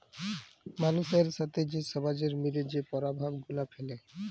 মালুসের সাথে যে সমাজের মিলে যে পরভাব গুলা ফ্যালে